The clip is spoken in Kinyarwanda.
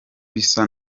bisa